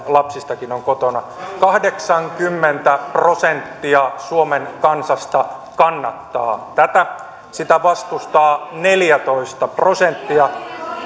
lapsista on kotona kahdeksankymmentä prosenttia suomen kansasta kannattaa tätä sitä vastustaa neljätoista prosenttia